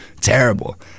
terrible